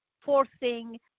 forcing